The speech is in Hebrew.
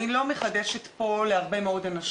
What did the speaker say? אני פותח את ישיבת הוועדה המיוחדת לפניות הציבור.